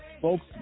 Folks